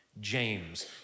James